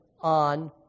on